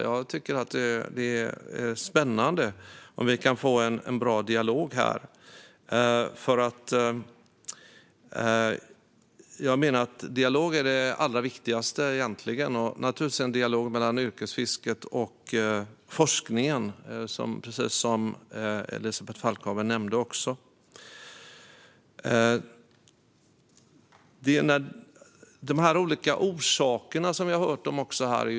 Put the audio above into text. Jag tycker att det är spännande om vi kan få en bra dialog här. Dialog är egentligen det allra viktigaste, och då naturligtvis en dialog mellan yrkesfisket och forskningen, precis som Elisabeth Falkhaven också nämnde. Det är också intressant med de olika orsaker som vi har hört om här.